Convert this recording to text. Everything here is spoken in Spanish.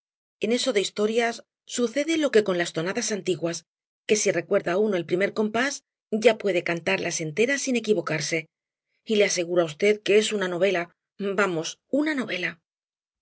en esto de historias sucede lo que con las tonadas antiguas que si recuerda uno el primer compás ya puede cantarlas enteras sin equivocarse y le aseguro á v que es una novela vamos una novela